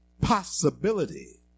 possibility